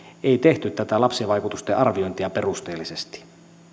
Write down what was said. ei tehty tätä lapsivaikutusten arviointia perusteellisesti